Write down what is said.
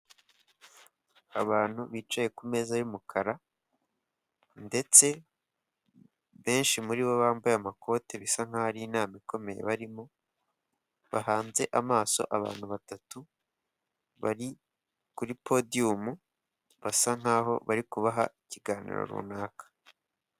Abantu bicaye kumeza y'umukara ndetse benshi muri bo bambaye amakoti bisa nkaho ari inama ikomeye barimo, bahanze amaso abantu batatu bari kuri podiyumu, basa nk'aho bari kubaha ikiganiro runaka.